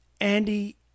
Andy